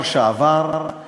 זה אווירת